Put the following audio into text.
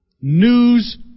news